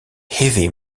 heavy